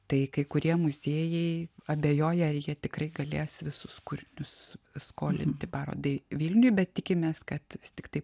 tai kai kurie muziejai abejoja ar jie tikrai galės visus kūrinius skolinti parodai vilniuj bet tikimės kad tiktai